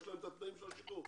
יש להם את התנאים של השחרור.